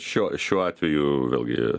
šio šiuo atveju vėlgi